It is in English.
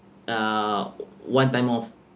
uh one time off